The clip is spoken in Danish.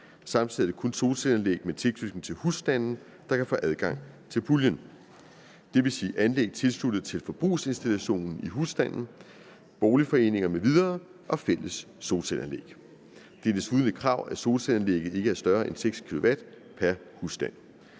Samtidig er det kun solcelleanlæg med tilknytning til husstande, der kan få adgang til puljen, dvs. anlæg tilsluttet til forbrugsinstallationen i husstanden, boligforeninger m.v. og fælles solcelleanlæg. Det er desuden et krav, at solcelleanlægget ikke er større end 6 kW pr. husstand.